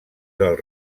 del